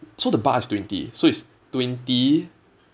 so the bar is twenty so it's twenty